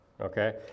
Okay